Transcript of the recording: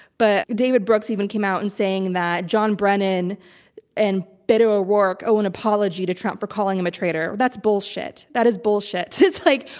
but, david brooks even came out and saying that john brennan and beto o'rourke owe an apology to trump for calling him a traitor. that's bullshit. that is bullshit. it's like,